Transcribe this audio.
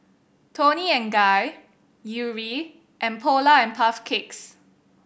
Toni and Guy Yuri and Polar and Puff Cakes